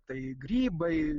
tai grybai